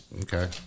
Okay